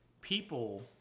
people